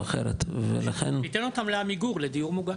או אחרת ולכן --- ניתן אותם לעמיגור לדיור מוגן.